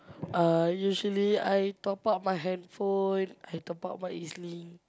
uh usually I top-up my handphone I top-up my E_Z-link